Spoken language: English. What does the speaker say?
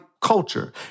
culture